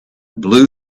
blue